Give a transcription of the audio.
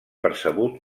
percebut